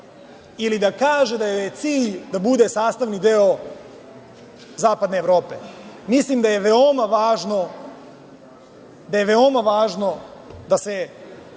ili da kaže da joj je cilj da bude sastavni deo zapadne Evrope. Mislim da je veoma važno, da je